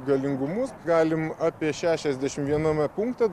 galingumus galim apie šešiasdešim viename punkte